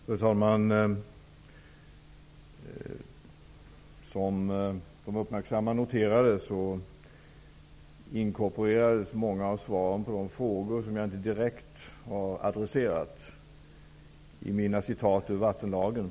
Fru talman! Som de uppmärksamma noterade inkorporerades många svar på frågor som jag inte direkt har adresserat i mina citat ur vattenlagen.